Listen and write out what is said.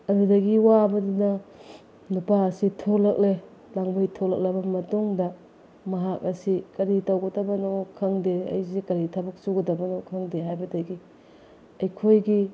ꯑꯗꯨꯗꯒꯤ ꯋꯥꯕꯗꯨꯅ ꯅꯨꯄꯥ ꯑꯁꯤ ꯊꯣꯛꯂꯛꯂꯦ ꯂꯥꯡꯕꯩ ꯊꯣꯛꯂꯛꯂꯕ ꯃꯇꯨꯡꯗ ꯃꯍꯥꯛ ꯑꯁꯤ ꯀꯔꯤ ꯇꯧꯒꯗꯕꯅꯣ ꯈꯪꯗꯦ ꯑꯩꯁꯦ ꯀꯔꯤ ꯊꯕꯛ ꯁꯨꯒꯗꯕꯅꯣ ꯈꯪꯗꯦ ꯍꯥꯏꯕꯗꯒꯤ ꯑꯩꯈꯣꯏꯒꯤ